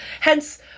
Hence